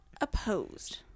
opposed